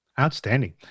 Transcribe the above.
Outstanding